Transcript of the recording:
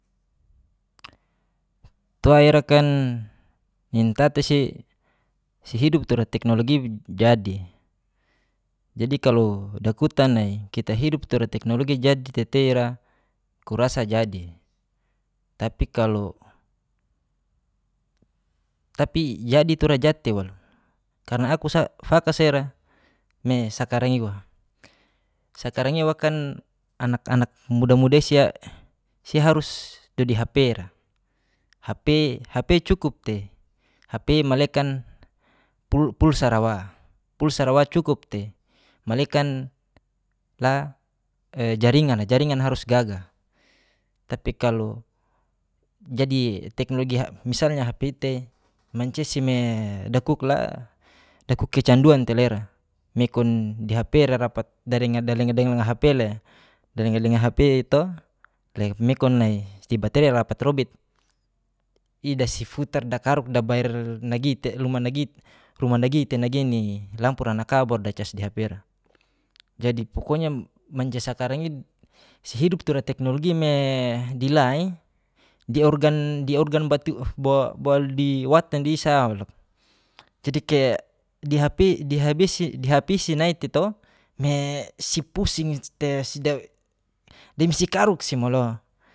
Tuwa ira kan nini tata si si hidup tura teknologi jadi, jadi kalo dakutan nai kita hidup tura teknologi jadi te tei ira kurasa jadi. tapi, kalo tapi jadi tura ja tei waluk karna aku sa fakasa ira me sakarang iwa sakarang iwa kan anak anak muda muda isia si harus dodi hp ra, hp hp cukup tei hp malekan pul pulsa ra wa pulsa ra wa cukup tei malekan la e jaringan a jaringan harus gaga. tapi kalo jadi teknologia misalanya hp itei mancia si me dakuk la dakuk kecanduan tei la ira mekun di hp rarapat darenga dalenga dalenga hp le dalenga lenga hp i to le mekun nai si batrei rapat lobit i dasifutar dakaruk dabail nagi te luma nagi ruma nagi te nagi ni lampu ra na ka baru dacas di hp ra. jadi, pokonya mancia sakarang i si hidup tura teknologi me di la i di organ di organ batu bo bo di watan di sa loka. jadi kaya di hp isi nai te to me si pusing te si dawe demi si karuk si mo lo